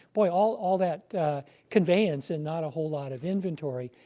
boy, all all that conveyance and not a whole lot of inventory.